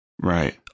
Right